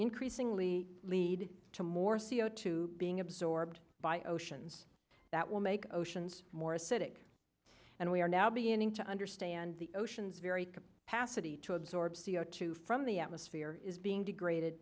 increasingly lead to more c o two being absorbed by oceans that will make oceans more acidic and we are now beginning to understand the oceans very capacity to absorb c o two from the atmosphere is being degraded